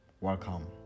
Welcome